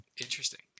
Interesting